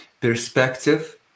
perspective